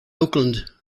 oakland